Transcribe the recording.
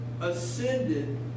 ascended